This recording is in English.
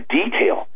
detail